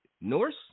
Norse